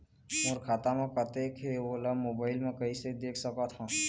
मोर खाता म कतेक हे ओला मोबाइल म कइसे देख सकत हन?